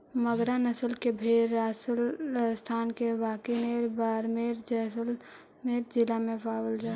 मगरा नस्ल के भेंड़ राजस्थान के बीकानेर, बाड़मेर, जैसलमेर जिला में पावल जा हइ